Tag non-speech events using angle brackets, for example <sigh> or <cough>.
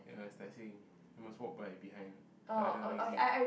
ya that's Tai-Seng you must walk by behind the other exit <noise>